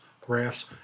graphs